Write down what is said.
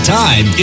time